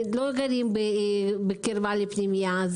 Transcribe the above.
שלא גרים בקרבה לפנימייה.